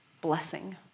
blessing